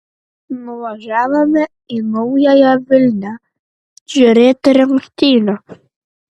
nuvažiavome į naująją vilnią žiūrėti rungtynių